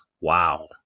Wow